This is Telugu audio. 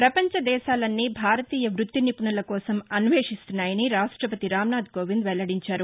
ప్రపంచ దేశాలన్నీ భారతీయ వృత్తి నిపుణుల కోసం అన్వేషిస్తున్నాయని రాష్టపతి రాంనాథ్ కోవింద్ వెల్లడించారు